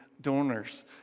donors